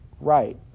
right